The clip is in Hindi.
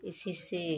इसी से